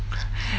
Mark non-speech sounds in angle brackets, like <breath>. <breath>